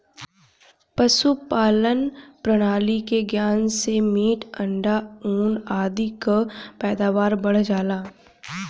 पशुपालन प्रणाली के ज्ञान से मीट, अंडा, ऊन आदि कअ पैदावार बढ़ जाला